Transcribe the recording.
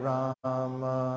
Rama